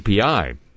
API